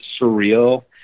surreal